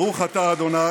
"ברוך אתה ה'